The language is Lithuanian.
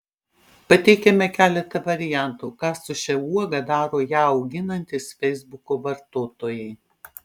pateikiame keletą variantų ką su šia uoga daro ją auginantys feisbuko vartotojai